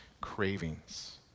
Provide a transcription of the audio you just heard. cravings